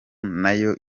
nayo